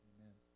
Amen